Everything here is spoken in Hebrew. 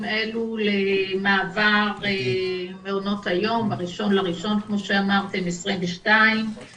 אלו למעבר מעונות היום ב-1.1.22 אנחנו